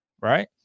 right